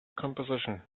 composition